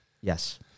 Yes